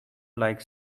like